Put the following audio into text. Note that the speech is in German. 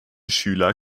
schüler